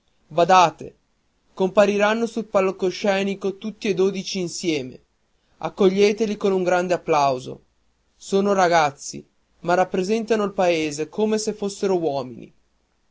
badate compariranno sul palcoscenico tutti e dodici insieme accoglieteli con un grande applauso sono ragazzi ma rappresentano il paese come se fossero uomini